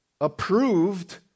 approved